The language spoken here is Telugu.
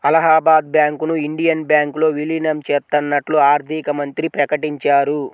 అలహాబాద్ బ్యాంకును ఇండియన్ బ్యాంకులో విలీనం చేత్తన్నట్లు ఆర్థికమంత్రి ప్రకటించారు